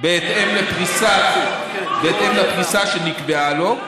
בהתאם לפריסה שנקבעה לו,